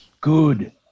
good